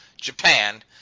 Japan